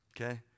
okay